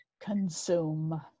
Consume